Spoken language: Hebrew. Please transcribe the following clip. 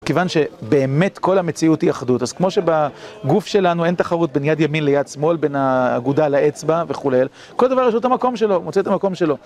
כיוון שבאמת כל המציאות היא אחדות, אז כמו שבגוף שלנו אין תחרות בין יד ימין ליד שמאל, בין האגודל לאצבע וכו', כל דבר יש לו את המקום שלו, מוצא את המקום שלו.